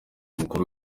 mukuru